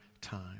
time